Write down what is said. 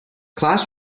class